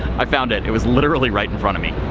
i found it. it was literally right in front of me.